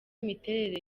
imiterere